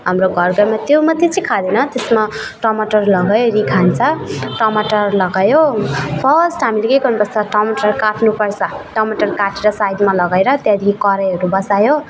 हाम्रो घर घरमा त्यो मात्रै चाहिँ खाँदैन त्यसमा टमाटर लगाइवरी खान्छ टमाटर लगायो फस्ट हामीले के गर्नुपर्छ टमाटर काट्नुपर्छ टमाटर काटेर साइडमा लगाएर त्यहाँदेखि कराईहरू बसायो